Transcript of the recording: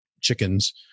chickens